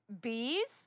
bees